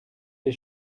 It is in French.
les